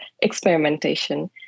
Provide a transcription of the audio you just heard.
experimentation